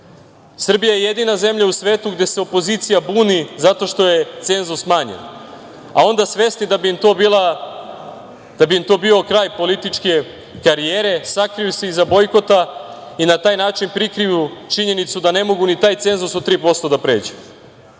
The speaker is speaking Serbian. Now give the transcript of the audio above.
Srbija je jedina zemlja u svetu gde se opozicija buni zato što je cenzus smanjen. Onda, svesni da bi im to bio kraj političke karijere, sakriju se iza bojkota i na taj način prikriju činjenicu da ne mogu ni taj cenzus od 3% da